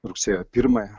rugsėjo pirmąją